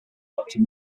doctor